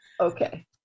Okay